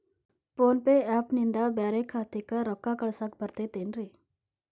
Phone pay app ನಿಂದ ಬ್ಯಾರೆ ಖಾತೆಕ್ ರೊಕ್ಕಾ ಕಳಸಾಕ್ ಬರತೈತೇನ್ರೇ?